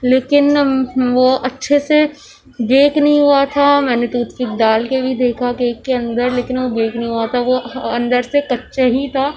لیکن وہ اچھے سے بیک نہیں ہوا تھا میں نے ٹوتھ پک ڈال کے بھی دیکھا کیک کے اندر لیکن وہ بیک نہیں ہوا تھا وہ اندر سے کچا ہی تھا